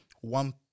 one